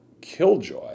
killjoy